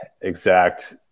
exact